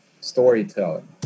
storytelling